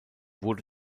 wurde